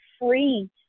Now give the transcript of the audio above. free